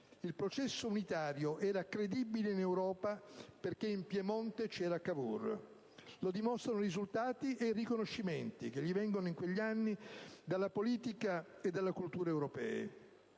Il processo unitario era "credibile" in Europa perché in Piemonte c'era Cavour. Lo dimostrano i risultati e i riconoscimenti che gli vennero in quegli anni dalla politica e dalla cultura europee;